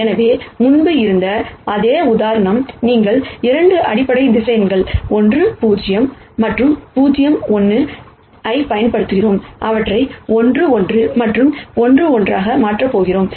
எனவே முன்பு இருந்த அதே உதாரணம் நாங்கள் 2 அடிப்படை வெக்டர்ஸ் 1 0 மற்றும் 0 1 ஐப் பயன்படுத்தினோம் அவற்றை 1 1 மற்றும் 1 1 ஆக மாற்றப் போகிறேன்